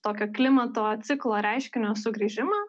tokio klimato ciklo reiškinio sugrįžimą